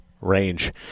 range